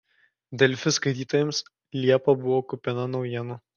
delfi skaitytojams liepa buvo kupina naujienų